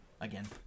again